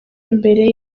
imbere